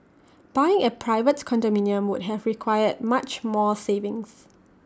buying A private condominium would have required much more savings